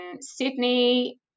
Sydney